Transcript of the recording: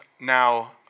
now